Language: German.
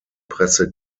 presse